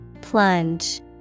plunge